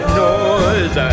noise